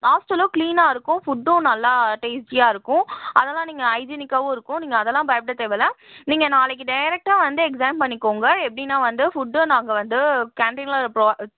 ஹாஸ்டலும் க்ளீனாக இருக்கும் ஃபுட்டும் நல்லா டேஸ்டியாக இருக்கும் அதெல்லாம் நீங்கள் ஹைஜீனிக்காகவும் இருக்கும் நீங்கள் அதெல்லாம் பயப்பட தேவையில்லை நீங்கள் நாளைக்கு டேரக்ட்டாக வந்து எக்ஸாம் பண்ணிக்கோங்க எப்படின்னா வந்து ஃபுட்டும் நாங்கள் வந்து கேன்டினில்